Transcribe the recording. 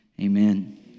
Amen